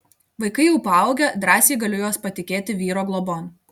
vaikai jau paaugę drąsiai galiu juos patikėti vyro globon